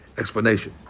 explanation